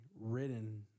written